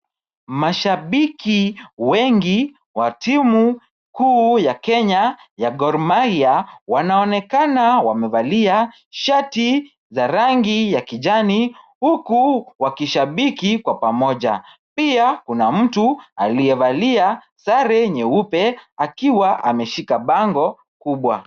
Mashabiki wengi wa timu kuu ya Kenya ya Gor Mahia, wanaonekana wamevalia shati za rangi kijani, huku wakishabiki kwa pamoja. Pia kuna mtu aliyevalia sare nyeupe akiwa ameshika bango kubwa.